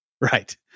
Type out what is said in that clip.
Right